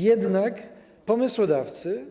Jednak pomysłodawcy